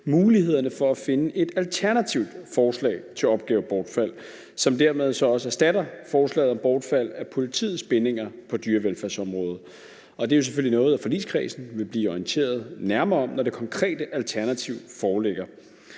mulighederne for at finde et alternativt forslag til opgavebortfald, som dermed så også erstatter forslaget om bortfald af politiets bindinger på dyrevelfærdsområdet. Det er selvfølgelig noget, forligskredsen vil blive orienteret nærmere om, når det konkrete alternativ foreligger.